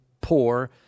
poor